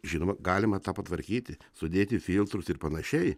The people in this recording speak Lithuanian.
žinoma galima tą patvarkyti sudėti filtrus ir panašiai